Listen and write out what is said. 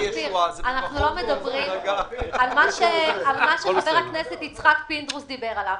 אנחנו לא מדברים על מה שחבר הכנסת פינדרוס דיבר עליו,